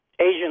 Asian